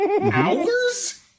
Hours